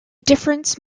difference